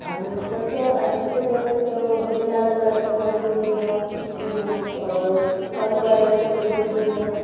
आणि मग तसं आज्जीसोबत भजनाला जाताना गुणगुणणं किंवा मग चालू गाण्यांसोबत गुणगुणणं